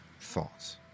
thoughts